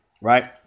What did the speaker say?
right